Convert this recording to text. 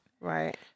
Right